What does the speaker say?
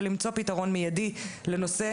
ולמצוא פתרון מידי לנושא,